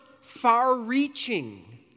far-reaching